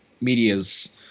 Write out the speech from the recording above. medias